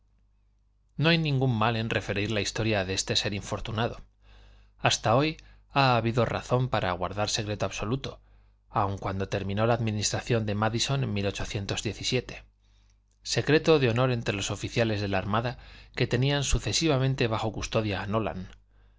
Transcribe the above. no hay ningún mal en referir la historia de este ser infortunado hasta hoy ha habido razón para guardar secreto absoluto aun cuando terminó la administración de mádison en secreto de honor entre los oficiales de la armada que tenían sucesivamente bajo custodia a nolan